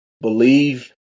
believe